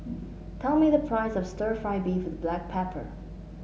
tell me the price of stir fry beef with Black Pepper